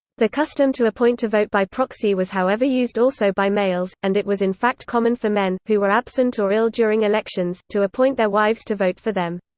the custom to appoint to vote by proxy was however used also by males, and it was in fact common for men, who were absent or ill during elections, to appoint their wives to vote for them.